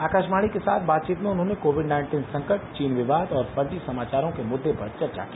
आकाशवाणी के साथ बातचीत में उन्होंने कोविड नाइन्टीन संकट चीन विवाद और फर्जी समाचारों के मुद्दे पर चर्चा की